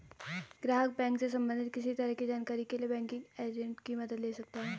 ग्राहक बैंक से सबंधित किसी तरह की जानकारी के लिए बैंकिंग एजेंट की मदद ले सकता है